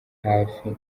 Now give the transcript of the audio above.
hafi